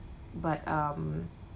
but um